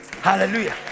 Hallelujah